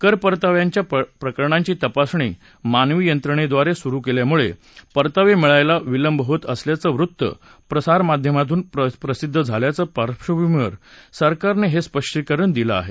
करपरताव्यांच्या प्रकरणांची तपासणी मानवी यंत्रणेद्वारे सुरु केल्यामुळे परतावे मिळायला विलंब होत असल्याचं वृत्त प्रसारमाध्यमांमधून प्रसिद्ध झाल्याच्या पार्श्वभूमीवर सरकारनं हे स्पष्टीकरण दिलं आहे